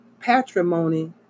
patrimony